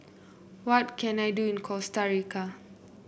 what can I do in Costa Rica